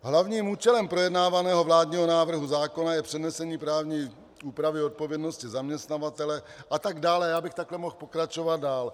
Hlavním účelem projednávaného vládního návrhu zákona je přenesení právní úpravy odpovědnosti zaměstnavatele a tak dále, já bych takhle mohl pokračovat dál.